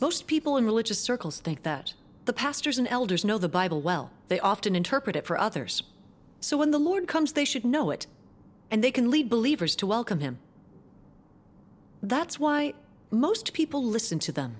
most people in religious circles think that the pastors and elders know the bible well they often interpret it for others so when the lord comes they should know it and they can lead believers to welcome him that's why most people listen to them